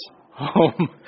home